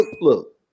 Look